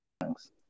thanks